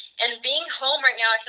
and being home right now,